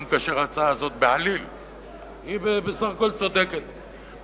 גם כאשר ההצעה הזאת בסך הכול צודקת בעליל.